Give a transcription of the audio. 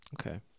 Okay